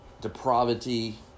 depravity